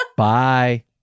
Bye